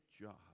job